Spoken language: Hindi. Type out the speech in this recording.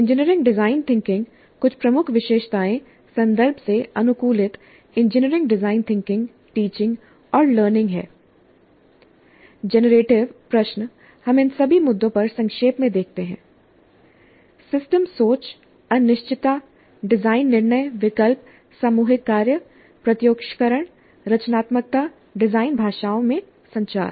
इंजीनियरिंग डिजाइन थिंकिंग कुछ प्रमुख विशेषताएंसंदर्भ से अनुकूलित इंजीनियरिंग डिजाइन थिंकिंग टीचिंग और learning Engineering design thinking teaching and learning" httpwwwaseeorgaboutpublicationsjeeupload2005jee samplehtm हैं जनरेटिव प्रश्न हम इन सभी मुद्दों पर संक्षेप में देखते हैं सिस्टम सोच अनिश्चितता डिजाइन निर्णय विकल्प सामूहिक कार्य प्रत्योक्षकरण रचनात्मकता डिज़ाइन भाषाओं में संचार